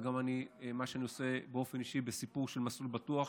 וגם מה שאני עושה באופן אישי בסיפור של מסלול בטוח,